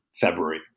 February